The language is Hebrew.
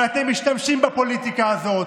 ואתם משתמשים בפוליטיקה הזאת.